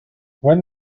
one